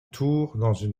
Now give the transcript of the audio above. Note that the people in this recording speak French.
tour